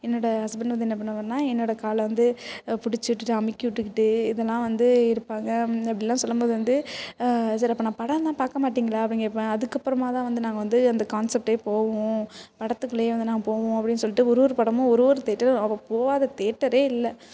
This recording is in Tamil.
என்னோட ஹஸ்பண்ட் வந்து என்ன பண்ணுவாருன்னா என்னோட காலை வந்து பிடிச்சி விட்டுட்டு அமிக்கி விட்டுக்கிட்டு இதெல்லாம் வந்து இருப்பாங்க அப்டின்னுலாம் சொல்லும் போது வந்து சரி அப்போ நான் படம்லாம் பார்க்க மாட்டிங்களா அப்பிடின்னு கேட்பேன் அதுக்கப்புறமாதான் வந்து நாங்கள் வந்து அந்த கான்சப்ட்டே போவோம் படத்துக்குள்ளேயே வந்து நாங்கள் போவோம் அப்டின்னு சொல்லிட்டு ஒரு ஒரு படமும் ஒரு ஒரு தேட்டர் அவள் போகாத தேட்டரே இல்லை